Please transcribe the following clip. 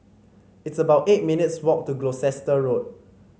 it's about eight minutes' walk to Gloucester Road